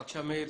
בבקשה, מאיר.